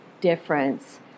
difference